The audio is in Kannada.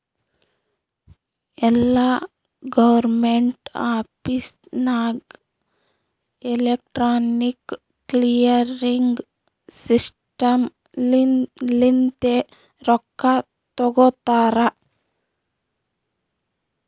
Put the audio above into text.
ಎಲ್ಲಾ ಗೌರ್ಮೆಂಟ್ ಆಫೀಸ್ ನಾಗ್ ಎಲೆಕ್ಟ್ರಾನಿಕ್ ಕ್ಲಿಯರಿಂಗ್ ಸಿಸ್ಟಮ್ ಲಿಂತೆ ರೊಕ್ಕಾ ತೊಗೋತಾರ